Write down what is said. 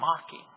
mocking